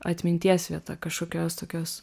atminties vieta kažkokios tokios